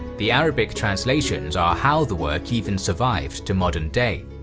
the arabic translations are how the work even survived to modern-day.